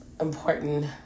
important